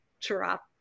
drop